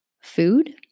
food